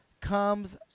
comes